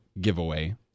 giveaway